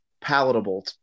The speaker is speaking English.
palatable